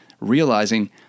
realizing